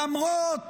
למרות